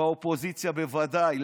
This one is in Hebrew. באופוזיציה בוודאי.